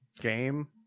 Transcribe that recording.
game